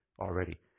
already